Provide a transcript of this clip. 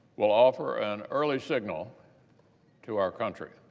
will offer an early signal to our country.